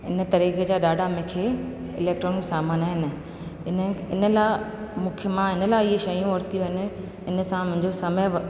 इन तरीक़े जा ॾाढा मूंखे इलेक्ट्रॉनिक सामान आहिनि इन इन लाइ मूंखे मां इन लाइ इहे शयूं वरितियूं इन इन सां मुंहिंजो समय